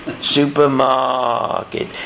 Supermarket